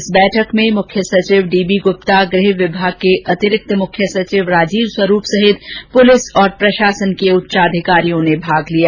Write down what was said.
इस बैठक में मुख्य सचिव डी बी गुप्ता गृह विभाग के अतिरिक्त मुख्य सचिव राजीव स्वरूप सहित पुलिस और प्रषासन के उच्च अधिकारियों ने भाग लिया